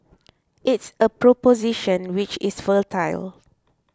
it's a proposition which is fertile